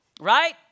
right